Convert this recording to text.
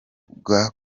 bwa